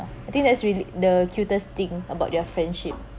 I think that's really the cutest thing about their friendship